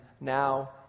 now